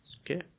Okay